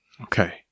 Okay